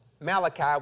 Malachi